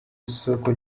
soko